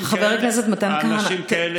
חבר הכנסת מתן כהנא,